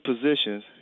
positions